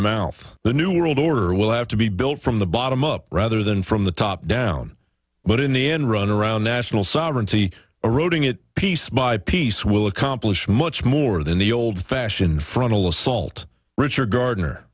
mouth the new world order will have to be built from the bottom up rather than from the top down but in the end run around national sovereignty eroding it piece by piece will accomplish much more than the old fashioned frontal assault richard gardner